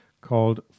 called